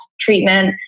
treatment